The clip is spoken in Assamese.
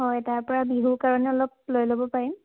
হয় তাৰপৰা বিহুৰ কাৰণে অলপ লৈ ল'ব পাৰিম